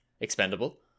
Expendable